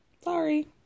Sorry